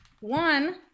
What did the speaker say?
one